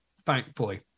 thankfully